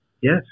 Yes